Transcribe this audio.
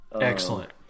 Excellent